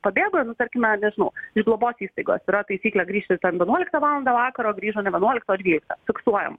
pabėgo nu tarkime nežinau ir globos įstaigos yra taisyklė grįžti ten vienuoliktą valandą vakaro grįžo ne vienuoliktą o dvyliktą fiksuojama